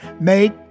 Make